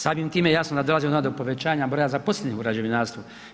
Samim time jasno da dolazi onda do povećanja broja zaposlenih u građevinarstvu.